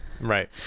Right